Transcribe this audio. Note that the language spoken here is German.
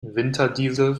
winterdiesel